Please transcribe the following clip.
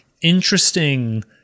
interesting